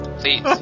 please